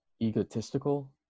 egotistical